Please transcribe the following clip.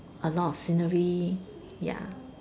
a lot of scenery ya